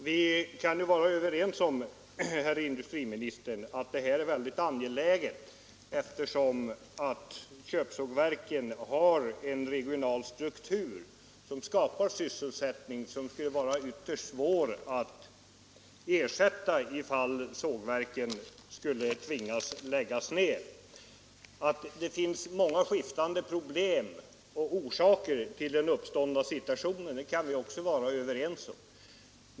Vi kan vara överens om, herr industriminister, att det här är ett angeläget problem, eftersom sågverken har en regional struktur som skapar sysselsättning som skulle vara ytterst svår att ersätta om sågverken skulle tvingas lägga ned verksamheten. Vi kan också vara överens om att det finns många skiftande orsaker till den uppståndna situationen.